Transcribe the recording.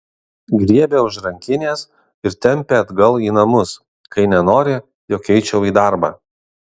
griebia už rankinės ir tempia atgal į namus kai nenori jog eičiau į darbą